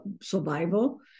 survival